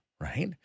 right